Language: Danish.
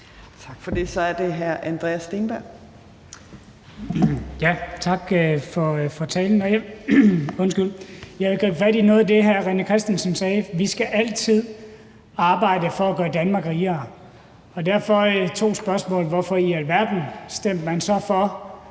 Tak for det. Så er det hr. Andreas Steenberg. Kl. 11:04 Andreas Steenberg (RV): Tak for talen. Jeg vil gribe fat i noget af det, hr. René Christensen sagde: Vi skal altid arbejde for at gøre Danmark rigere. Derfor har jeg to spørgsmål. Hvorfor i alverden stemte man så for,